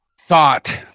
thought